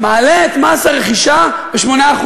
מעלה את מס הרכישה ב-8%.